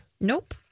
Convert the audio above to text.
Nope